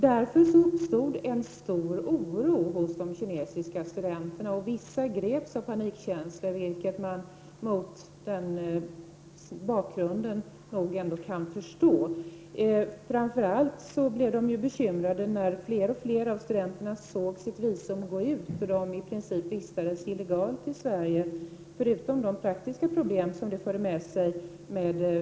Därför uppstod en stor oro hos de kinesiska studenterna, och vissa greps av panikkänslor, vilket man mot bakgrunden nog ändå kan förstå. Framför allt blev de bekymrade när fler och fler av dem såg sitt visum gå ut, så att de i princip vistades illegalt i Sverige. Dessutom uppstod praktiska problem.